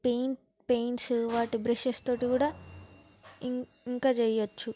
paint paints వాటి brushes తోటి కూడా ఇంకా చేయచ్చు